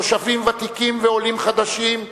תושבים ותיקים ועולים חדשים,